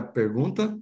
pergunta